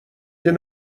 پول